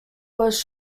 was